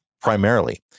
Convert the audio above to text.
primarily